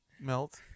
melt